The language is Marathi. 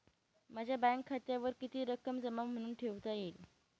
माझ्या बँक खात्यावर किती रक्कम जमा म्हणून ठेवता येईल?